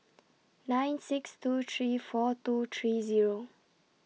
nine six two three four two three Zero